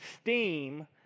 steam